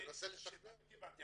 תנסה לשכנע --- לא, מה זה כיוונתי?